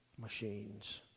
machines